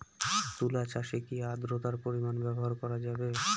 তুলা চাষে কি আদ্রর্তার পরিমাণ ব্যবহার করা যাবে?